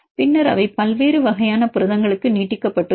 பின்னர் அவை பல்வேறு வகையான புரதங்களுக்கு நீட்டிக்கப்பட்டுள்ளன